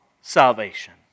salvation